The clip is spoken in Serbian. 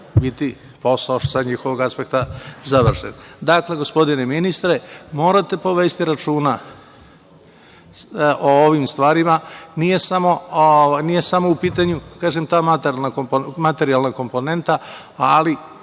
biti posao sa njihovog aspekta završen. Dakle, gospodine ministre, morate povesti računa o ovim stvarima. Nije samo u pitanju, kažem, ta materijalna komponenta, ali